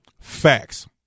Facts